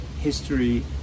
history